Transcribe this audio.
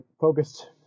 focused